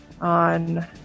on